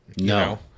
no